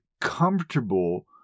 comfortable